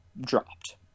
dropped